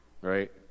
right